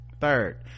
Third